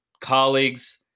colleagues